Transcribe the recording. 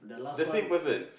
the same person